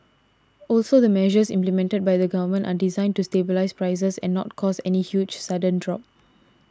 also the measures implemented by the Government are designed to stabilise prices and not cause any huge sudden drop